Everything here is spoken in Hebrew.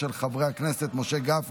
חבר הכנסת רון